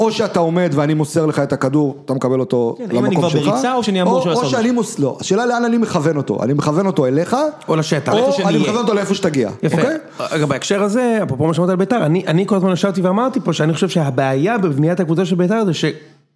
או שאתה עומד ואני מוסר לך את הכדור, אתה מקבל אותו למקום שלך, או שאני מוס.. לא, השאלה לאן אני מכוון אותו, אני מכוון אותו אליך, או לשטח, איפה שתהיה, או אני מכוון אותו לאיפה שתגיע, אוקיי? אגב, בהקשר הזה, אפרופו משמעות על ביתר, אני כל הזמן ישבתי ואמרתי פה שאני חושב שהבעיה בבניית הקבוצה של ביתר זה ש...